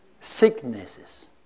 sicknesses